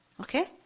Okay